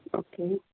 okay